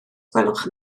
gwelwch